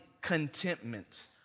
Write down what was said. contentment